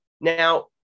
Now